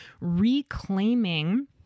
reclaiming